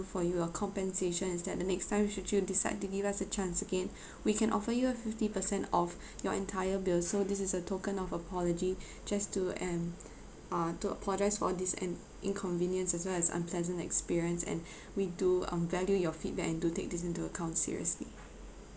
for you our compensation is that the next time should you decide to give us a chance again we can offer you a fifty percent off your entire bill so this is a token of apology just to um uh to apologise for this and inconvenience as well as unpleasant experience and we do um value your feedback and do take this into account seriously